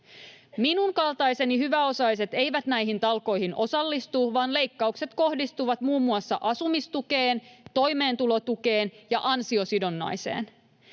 Minun kaltaiseni hyväosaiset eivät näihin talkoihin osallistu, vaan leikkaukset kohdistuvat muun muassa asumistukeen, toimeentulotukeen ja ansiosidonnaiseen.